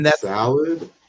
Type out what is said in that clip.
salad